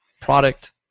Product